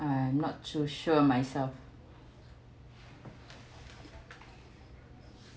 I'm not too sure myself